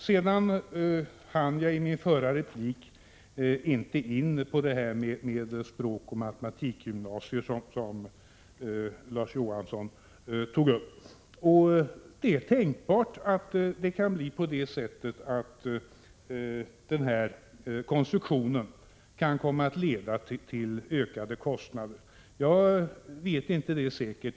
Jag hann inte i min förra replik gå in på det här med språkoch matematikgymnasier, som Larz Johansson tog upp. Det är tänkbart att en sådan konstruktion kan komma att leda till ökade kostnader. Jag vet inte säkert.